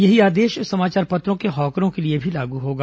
यही आदेश समाचार पत्रों के हॉकरों के लिए भी लागू होगा